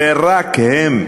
ורק הם,